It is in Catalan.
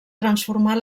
transformar